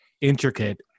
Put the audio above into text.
intricate